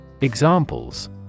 Examples